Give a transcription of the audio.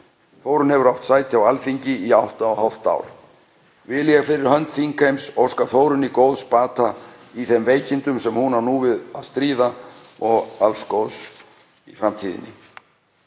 Þórunn hefur átt sæti á Alþingi í átta og hálft ár. Vil ég fyrir hönd þingheims óska Þórunni góðs bata í þeim veikindum sem hún á nú við að stríða og alls góðs í framtíðinni.